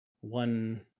one